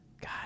God